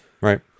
Right